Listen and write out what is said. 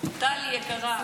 --- טלי יקרה,